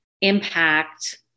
impact